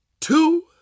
two